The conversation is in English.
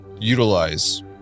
Utilize